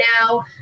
now